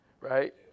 Right